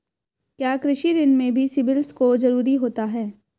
क्या कृषि ऋण में भी सिबिल स्कोर जरूरी होता है?